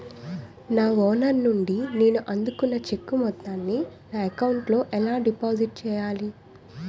నా ఓనర్ నుండి నేను అందుకున్న చెక్కు మొత్తాన్ని నా అకౌంట్ లోఎలా డిపాజిట్ చేయాలి?